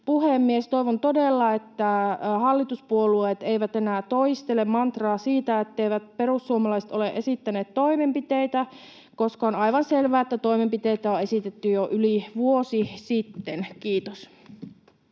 Toivon todella, että hallituspuolueet eivät enää toistele mantraa siitä, etteivät perussuomalaiset ole esittäneet toimenpiteitä, koska on aivan selvää, että toimenpiteitä on esitetty jo yli vuosi sitten. — Kiitos.